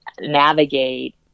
navigate